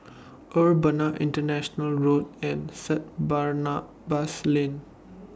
Urbana International Road and Saint Barnabas Lane